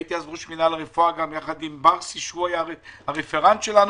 הייתי אז ראש מינהל הרפואה ביחד עם בר סימנטוב שהיה הרפרנט שלנו.